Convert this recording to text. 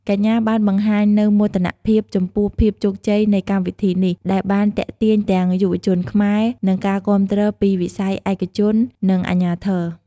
កញ្ញាបានបង្ហាញនូវមោទនភាពចំពោះភាពជោគជ័យនៃកម្មវិធីនេះ ដែលបានទាក់ទាញទាំងយុវជនខ្មែរ និងការគាំទ្រពីវិស័យឯកជន និងអាជ្ញាធរ។